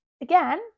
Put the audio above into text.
Again